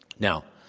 now,